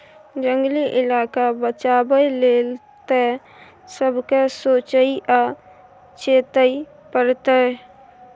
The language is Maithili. जंगली इलाका बचाबै लेल तए सबके सोचइ आ चेतै परतै